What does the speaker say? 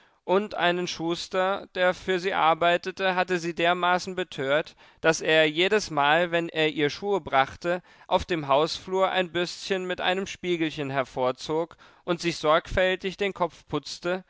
und einen schuster der für sie arbeitete hatte sie dermaßen betört daß er jedesmal wenn er ihr schuhe brachte auf dem hausflur ein bürstchen mit einem spiegelchen hervorzog und sich sorgfältig den kopf putzte